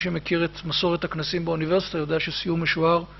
מי שמכיר את מסורת הכנסים באוניברסיטה יודע שסיום משוער...